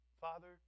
Father